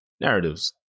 Narratives